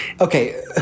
Okay